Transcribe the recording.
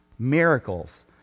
miracles